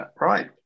Right